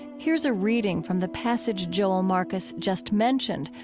here's a reading from the passage joel marcus just mentioned,